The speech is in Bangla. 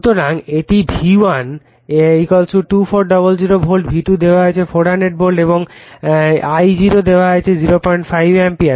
সুতরাং এটি V1 2400 ভোল্ট V2 দেওয়া হয়েছে 400 ভোল্ট I0 দেওয়া হয়েছে 05 অ্যাম্পিয়ার